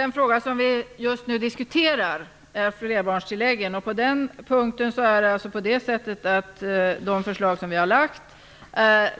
Herr talman! Just nu diskuterar vi frågan om flerbarnstilläggen. De förslag som vi har lagt